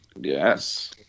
Yes